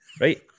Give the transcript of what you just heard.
right